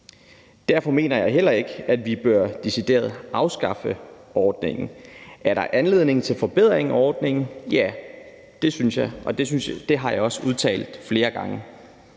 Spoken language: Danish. Derfor mener jeg heller ikke, at vi decideret bør afskaffe ordningen. Er der anledning til forbedring af ordningen? Ja, det synes jeg, og det har jeg også udtalt flere gange.